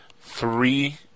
three